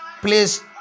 Please